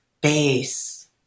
base